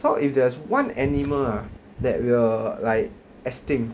so if there's one animal ah that will like extinct